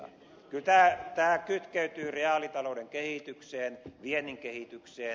kyllä tämä kytkeytyy reaalitalouden kehitykseen viennin kehitykseen